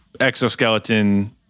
exoskeleton